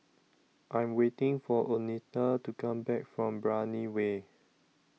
I Am waiting For Oneta to Come Back from Brani Way